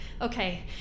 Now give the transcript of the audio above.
okay